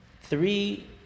three